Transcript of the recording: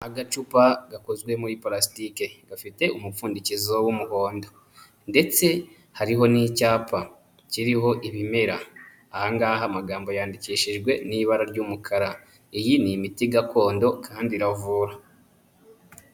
Agacupa gakozwe muri parasitike, gafite umupfundikizo w'umuhondo ndetse hariho n'icyapa kiriho ibimera, aha ngaha amagambo yandikishijwe n'ibara ry'umukara, iyi ni imiti gakondo kandi iravura.